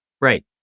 Right